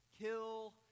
kill